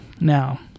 now